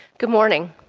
good morning.